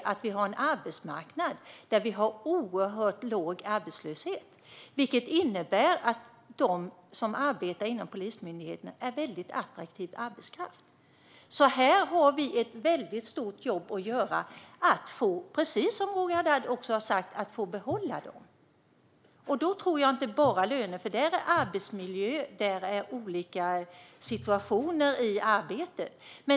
Jag undrar om Roger Haddad är medveten om det. Detta innebär att de som arbetar inom Polismyndigheten är väldigt attraktiv arbetskraft. Vi har ett väldigt stort jobb att göra med att behålla dem, precis som Roger Haddad också har sagt. Då handlar det inte bara om löner utan även om arbetsmiljön och olika situationer i arbetet.